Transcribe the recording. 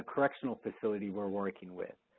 ah correctional facility we're working with,